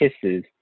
kisses